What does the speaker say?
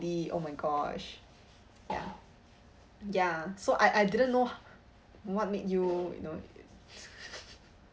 oh my gosh ya ya so I I didn't know what made you you know